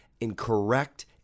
incorrect